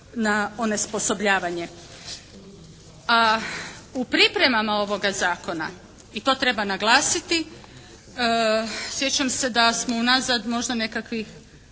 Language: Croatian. na onesposobljavanje. U pripremama ovoga zakona i to treba naglasiti sjećam se da smo unazad možda nekakvih